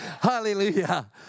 Hallelujah